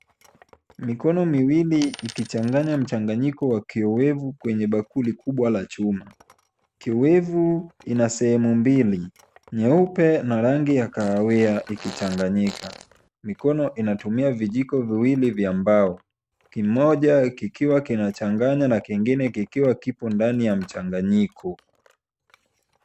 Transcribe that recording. Mikono miwili ikichanganya mchanganyiko wa kiowevu kwenye bakuli kubwa la chuma. Kiowevu ina sehemu mbili nyeupe na rangi ya kahawia ikichanganyika. Mikono inatumia vijiko viwili vya mbao. Kimoja kikiwa kinachanganya na kingine kikiwa kipo ndani ya mchanganyiko.